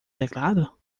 teclado